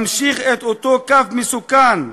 הוא ממשיך את אותו קו מסוכן,